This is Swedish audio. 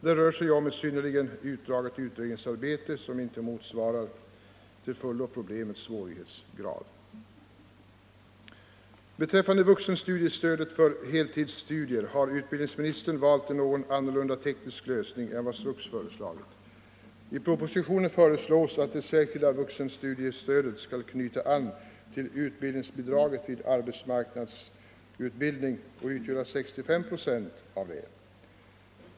Det rör sig ju om ett synnerligen utdraget utredningsarbete som inte till fullo motiverats av problemets svårighetsgrad. Vad beträffar vuxenstudiestödet för heltidsstudier har utbildningsministern valt en något annorlunda teknisk lösning än vad SVUX föreslagit. I propositionen föreslås att det särskilda vuxenstudiestödet skall knyta an till utbildningsbidraget vid arbetsmarknadsutbildning och utgöra 65 96 av detta.